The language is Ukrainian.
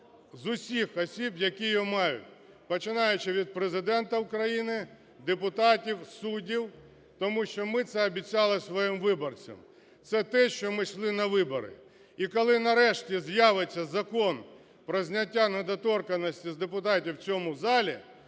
з усіх осіб, які її мають, починаючи від Президента України, депутатів, суддів, тому що ми це обіцяли своїм виборцям, це те, з чим ми йшли на вибори. І коли нарешті з'явиться Закон про зняття недоторканності з депутатів у цьому залі,